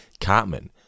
Cartman